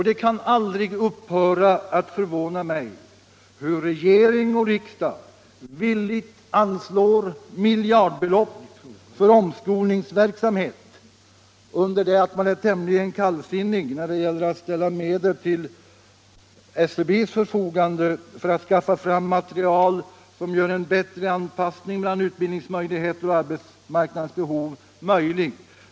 Det kan aldrig upphöra att förvåna mig hur regering och riksdag villigt anslår miljardbelopp för omskolningsverksamhet under det att man är 7 tämligen kallsinnig när det gäller att ställa medel till SCB:s förfogande för att skaffa fram material som gör en bättre anpassning mellan utbildningsmöjligheter och arbetsmarknadens behov möjlig.